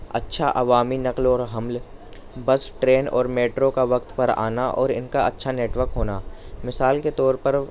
اچھا عوامی نقل اور حمل بس ٹرین اور میٹرو کا وقت پر آنا اور ان کا اچھا نیٹ ورک ہونا مثال کے طور پر